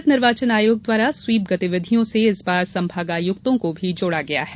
भारत निर्वाचन आयोग द्वारा स्वीप गतिविधियों से इस बार संभागायुक्तों को भी जोड़ा गया है